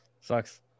sucks